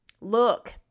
Look